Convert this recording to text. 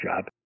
job